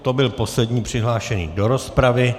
A to byl poslední přihlášený do rozpravy.